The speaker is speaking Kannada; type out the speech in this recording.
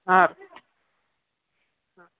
ಹಾಂ ರೀ ಹಾಂ